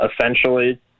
Essentially